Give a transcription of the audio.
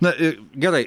na i gerai